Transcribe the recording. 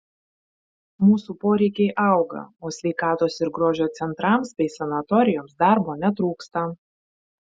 mūsų poreikiai auga o sveikatos ir grožio centrams bei sanatorijoms darbo netrūksta